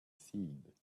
seed